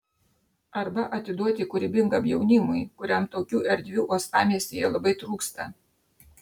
arba atiduoti kūrybingam jaunimui kuriam tokių erdvių uostamiestyje labai trūksta